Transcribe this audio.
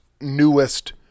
newest